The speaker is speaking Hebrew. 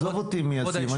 עזוב אותי אם ישים.